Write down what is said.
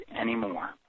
anymore